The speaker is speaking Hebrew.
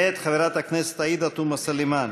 מאת חברת הכנסת עאידה תומא סלימאן.